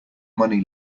money